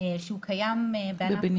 שהוא קיים בענף,